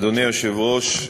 אדוני היושב-ראש,